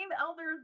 elders